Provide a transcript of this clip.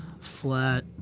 flat